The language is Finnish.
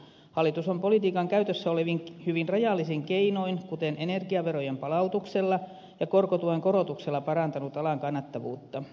hallitus on politiikan käytössä olevin hyvin rajallisin keinoin kuten energiaverojen palautuksella ja korkotuen korotuksella parantanut alan kannattavuutta